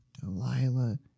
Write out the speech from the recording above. Delilah